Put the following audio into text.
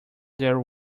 their